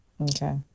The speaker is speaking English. okay